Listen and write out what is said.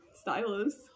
Stylus